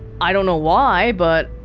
i don't know why, but